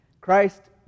Christ